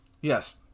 Yes